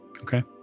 Okay